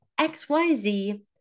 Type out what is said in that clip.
XYZ